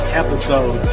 episode